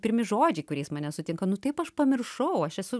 pirmi žodžiai kuriais mane sutinka nu taip aš pamiršau aš esu